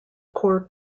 core